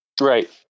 Right